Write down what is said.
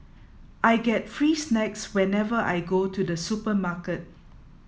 I get free snacks whenever I go to the supermarket